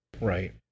Right